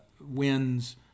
wins